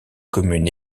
commune